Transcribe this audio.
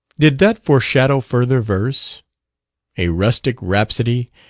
did that foreshadow further verse a rustic rhapsody,